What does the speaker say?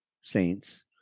saints